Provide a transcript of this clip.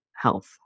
health